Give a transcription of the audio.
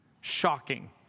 shocking